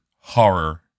horror